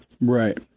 Right